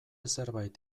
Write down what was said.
zerbait